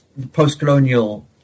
Postcolonial